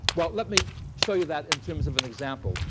well, let me show you that in terms of an example.